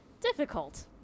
difficult